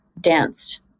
danced